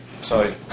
sorry